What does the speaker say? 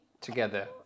Together